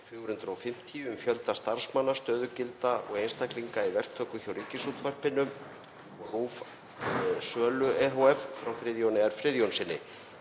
450, um fjölda starfsmanna, stöðugilda og einstaklinga í verktöku hjá Ríkisútvarpinu ohf. og RÚV sölu ehf., frá Friðjóni R. Friðjónssyni.